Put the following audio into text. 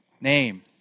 name